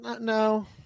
no